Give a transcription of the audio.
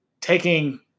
taking